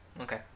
Okay